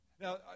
Now